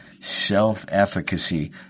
Self-efficacy